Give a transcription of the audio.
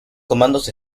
comandos